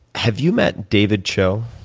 have you met david cho?